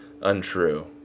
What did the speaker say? untrue